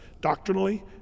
doctrinally